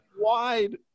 wide